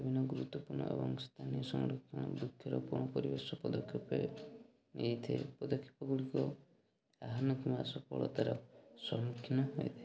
ବିଭିନ୍ନ ଗୁରୁତ୍ୱପୂର୍ଣ୍ଣ ଏବଂ ସ୍ଥାନୀୟ ସଂରକ୍ଷଣ ବୃକ୍ଷରୋପଣ ପରିବେଶ ପଦକ୍ଷେପ ନେଇଥାଏ ପଦକ୍ଷେପ ଗୁଡ଼ିକ ଆହ୍ୱାନ କିମ୍ବା ସଫଳତାର ସମ୍ମୁଖୀନ ହୋଇଥାଏ